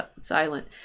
silent